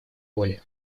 воли